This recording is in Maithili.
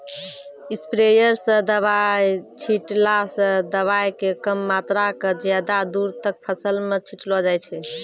स्प्रेयर स दवाय छींटला स दवाय के कम मात्रा क ज्यादा दूर तक फसल मॅ छिटलो जाय छै